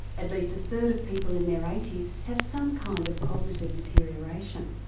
at least a third of people in their eighty s have some kind of cognitive deterioration.